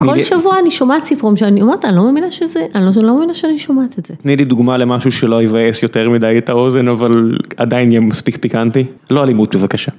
כל שבוע אני שומעת סיפורים שאני אומרת אני לא מאמינה שזה, אני לא מאמינה שאני שומעת את זה. תני לי דוגמה למשהו שלא יבעס יותר מדי את האוזן אבל עדיין יהיה מספיק פיקנטי. לא אלימות בבקשה.